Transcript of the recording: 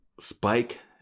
Spike